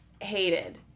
hated